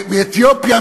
מאתיופיה,